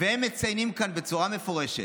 הם מציינים כאן בצורה מפורשת: